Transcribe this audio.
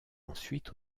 ensuite